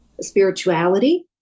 spirituality